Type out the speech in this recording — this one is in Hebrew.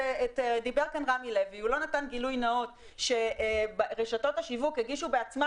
דיבר כאן רמי לוי ולא נתן גילוי נאות שרשתות השיווק הגישו בעצמן